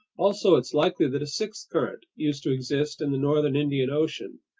also it's likely that a sixth current used to exist in the northern indian ocean,